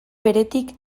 beretik